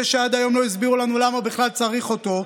זה שעד היום לא הסבירו לנו למה בכלל צריך אותו,